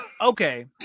Okay